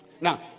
Now